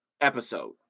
episode